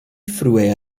frue